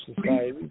society